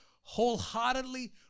wholeheartedly